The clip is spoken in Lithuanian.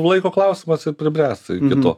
laiko klausimas ar pribręs iki to